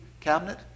cabinet